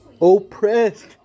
oppressed